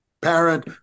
parent